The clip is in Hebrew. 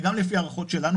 וגם לפי הערכות שלנו,